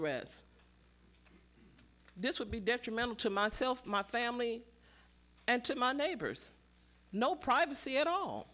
rest this would be detrimental to myself my family and to my neighbors no privacy at all